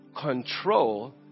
control